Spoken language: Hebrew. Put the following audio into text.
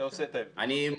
סליחה, 3,080 ממ"דים, אני מתקן.